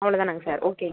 அவ்வளோதானங்க sir okay